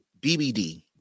BBD